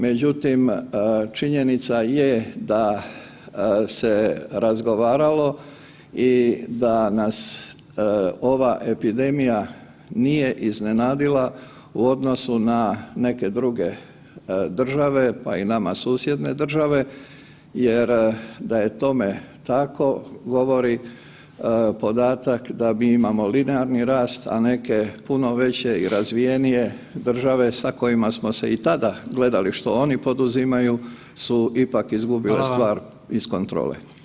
Međutim, činjenica je da se razgovaralo i da nas ova epidemija nije iznenadila u odnosu na neke druge države, pa i nama susjedne države jer da je tome tako govori podatak da mi imamo linearni rast, a neke puno veće i razvijenije države sa kojima smo se i tada gledali što oni poduzimaju su ipak izgubile stvar iz kontrole.